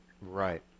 Right